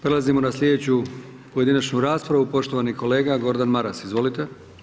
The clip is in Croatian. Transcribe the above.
Prelazimo na slijedeću pojedinačnu raspravu, poštovani kolega Gordan Maras, izvolite.